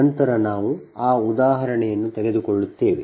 ನಂತರ ನಾವು ಆ ಉದಾಹರಣೆಯನ್ನು ತೆಗೆದುಕೊಳ್ಳುತ್ತೇವೆ